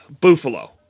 Buffalo